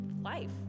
life